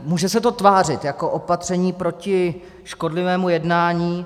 Může se to tvářit jako opatření proti škodlivému jednání.